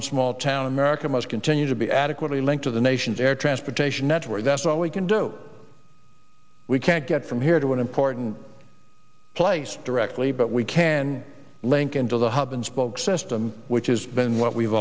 and small town america must continue to be adequately linked to the nation's air transportation network that's all we can do we can't get from here to an important place directly but we can link into the hub and spoke system which has been what we've